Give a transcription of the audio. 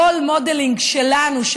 ה-role modeling שלנו,